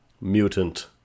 mutant